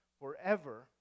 forever